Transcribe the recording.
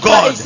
God